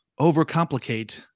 overcomplicate